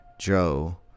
Joe